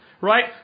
Right